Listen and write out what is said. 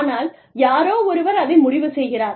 ஆனால் யாரோ ஒருவர் அதை முடிவு செய்கிறார்